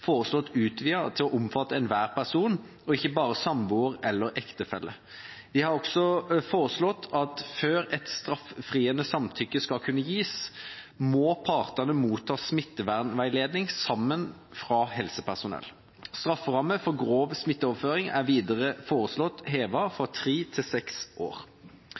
foreslått utvidet til å omfatte enhver person og ikke bare samboer eller ektefelle. De har også foreslått at før et straffriende samtykke skal kunne gis, må partene motta smittevernveiledning sammen fra helsepersonell. Strafferammen for grov smitteoverføring er videre foreslått hevet fra tre til seks år.